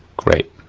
great,